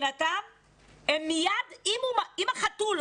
אם החתול,